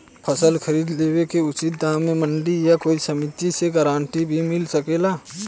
फसल खरीद लेवे क उचित दाम में मंडी या कोई समिति से गारंटी भी मिल सकेला?